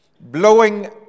blowing